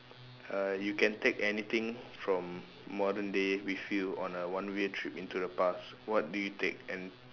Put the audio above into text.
uh you can take anything from modern day with you on a one way trip into the past what do you take and